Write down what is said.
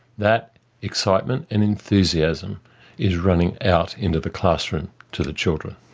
that excitement and enthusiasm is running out into the classroom to the children.